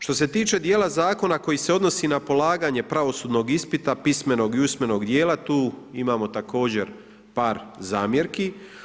Što se tiče djela zakona koji se odnosi na polaganje pravosudnom ispita, pismenog i usmenog djela, tu imamo također par zamjerki.